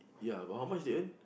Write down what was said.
ya but how much they earn